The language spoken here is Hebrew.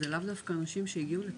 זה לאו דווקא אנשים שהגיעו לכאן.